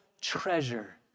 treasure